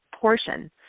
portion